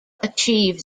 achieve